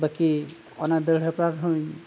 ᱵᱟᱹᱠᱤ ᱚᱱᱟ ᱫᱟᱹᱲ ᱦᱮᱯᱨᱟᱣ ᱨᱮᱦᱚᱧ